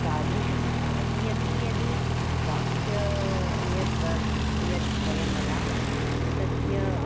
तादृशं भवती अपि यदि वाक्यं यद्वद् यद् वयं वदामः तस्य